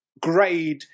grade